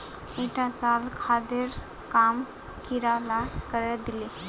ईटा साल खादेर काम कीड़ा ला करे दिले